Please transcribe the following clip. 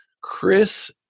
Chris